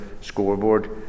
scoreboard